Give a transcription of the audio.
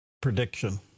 prediction